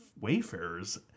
wayfarers